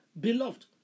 Beloved